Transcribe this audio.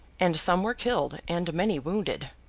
and some were killed and many wounded.